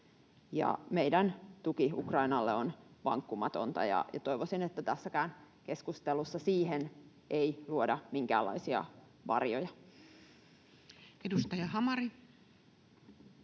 Meidän tukemme Ukrainalle on vankkumatonta, ja toivoisin, että tässäkään keskustelussa siihen ei luoda minkäänlaisia varjoja. Edustaja Hamari.